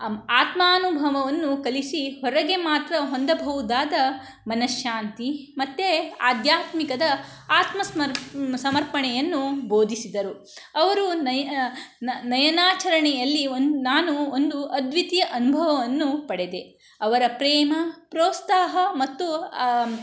ಆತ್ಮಾನುಭವವನ್ನುಕಲಿಸಿ ಹೊರಗೆ ಮಾತ್ರ ಹೊಂದಬಹುದಾದ ಮನಃಶಾಂತಿ ಮತ್ತು ಆಧ್ಯಾತ್ಮಿಕದ ಆತ್ಮ ಸಮರ್ಪಣೆಯನ್ನು ಬೋಧಿಸಿದರು ಅವರು ನಯನಾಚರಣೆಯಲ್ಲಿ ನಾನು ಒಂದು ಅದ್ವಿತೀಯ ಅನುಭವವನ್ನು ಪಡೆದೆ ಅವರ ಪ್ರೇಮ ಪ್ರೋತ್ಸಾಹ ಮತ್ತು